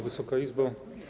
Wysoka Izbo!